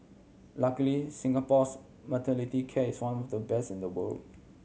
luckily Singapore's maternity case the best in the world